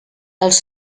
els